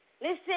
listen